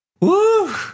Woo